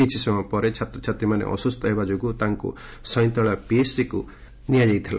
କିଛି ସମୟ ପରେ ଛାତ୍ରଛାତ୍ରୀମାନେ ଅସୁସ୍ଥ ହେବା ଯୋଗୁଁ ତାଙ୍କୁ ସଇଁତଳା ପିଏଚ୍ସି କୁ ନିଆଯାଇଥିଲା